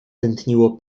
tętniło